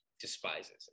despises